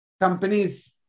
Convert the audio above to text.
companies